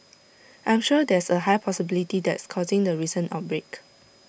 I'm sure there's A high possibility that's causing the recent outbreak